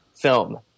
film